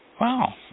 Wow